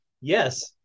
yes